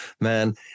Man